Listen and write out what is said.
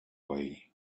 way